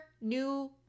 new